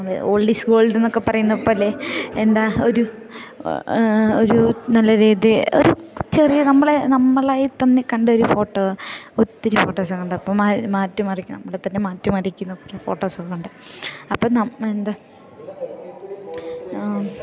old is ഗോൾഡെന്നൊക്കെ പറയുന്ന പോലെ എന്താ ഒരു ഒരു നല്ല രീതി ഒരു ചെറിയ നമ്മളെ നമ്മളായി തന്നെ കണ്ടൊരു ഫോട്ടോ ഒത്തിരി ഫോട്ടോസ് ഒക്കെയുണ്ട് അപ്പം മാറി മാറ്റി മറിക്ക നമ്മുടെ തന്നെ മാറ്റി മറിക്കുന്ന കുറേ ഫോട്ടോസ് ഒക്കെയുണ്ട് അപ്പം എന്നാൽ എന്താ